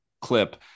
clip